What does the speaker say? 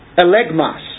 Elegmas